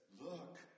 Look